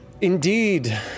Indeed